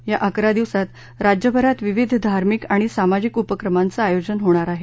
या अकरा दिवसात राज्यभरात विविध धार्मिक आणि सामाजिक उपक्रमांचं आयोजन होणार आहे